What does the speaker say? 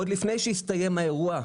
עוד לפני שהסתיים האירוע,